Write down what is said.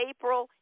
April